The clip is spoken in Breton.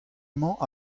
emañ